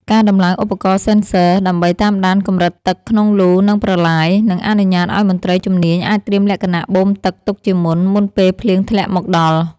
ការដំឡើងឧបករណ៍សិនស័រ (Sensors) ដើម្បីតាមដានកម្រិតទឹកក្នុងលូ និងប្រឡាយ នឹងអនុញ្ញាតឱ្យមន្ត្រីជំនាញអាចត្រៀមលក្ខណៈបូមទឹកទុកជាមុន មុនពេលភ្លៀងធ្លាក់មកដល់។